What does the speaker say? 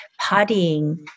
partying